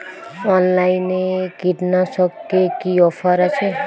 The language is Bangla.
অনলাইনে কীটনাশকে কি অফার আছে?